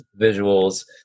visuals